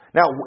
Now